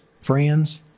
friends